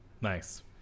Nice